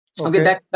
Okay